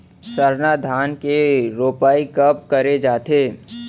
सरना धान के रोपाई कब करे जाथे?